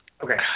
Okay